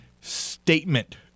statement